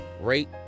Rate